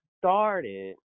started